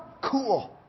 Cool